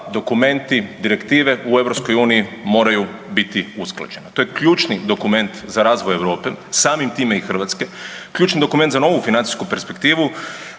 dokumenti, direktive u EU moraju biti usklađene. To je ključni dokument za razvoj Europe, samim time i Hrvatske, ključni dokument za novu financijsku perspektivu